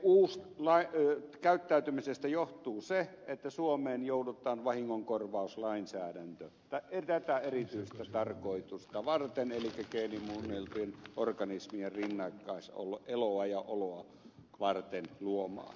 eu käyttäytymisestä johtuu se että suomeen joudutaan vahingonkorvauslainsäädäntö tätä erityistä tarkoitusta varten elikkä geenimuunneltujen organismien rinnakkaiseloa ja oloa varten luomaan